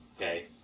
Okay